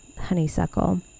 honeysuckle